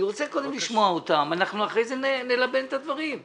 אני רוצה קודם לשמוע אותם ואחר כך נלבן את הדברים.